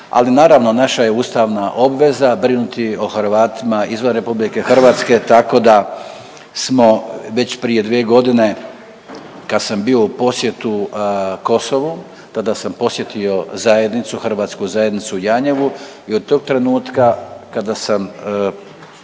Ali naravno naša je ustavna obveza brinuti o Hrvatima izvan Republike Hrvatske tako da smo već prije dvije godine kad sam bio u posjetu Kosovu tada sam posjetio zajednicu, Hrvatsku zajednicu u Janjevu i od tog trenutka kada sam prenio